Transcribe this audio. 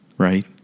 right